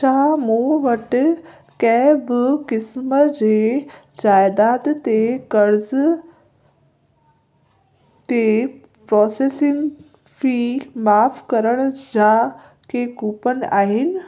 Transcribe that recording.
छा मूं वटि कंहिं बि क़िस्म जे जाइदाद ते क़र्ज़ ते प्रोसेसिंग फ़ी माफ़ु करण जा के कूपन आहिनि